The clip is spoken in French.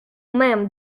même